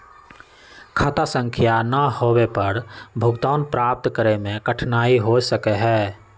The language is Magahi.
खाता संख्या ना होवे पर भुगतान प्राप्त करे में कठिनाई हो सका हई